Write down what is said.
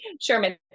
Sherman